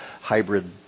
hybrid